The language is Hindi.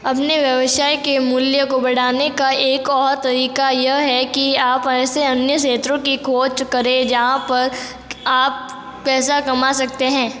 अपने व्यवसाय के मूल्य को बढ़ाने का एक और तरीका यह है कि आप ऐसे अन्य क्षेत्रों की खोज करें जहाँ पर आप पैसा कमा सकते हैं